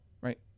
right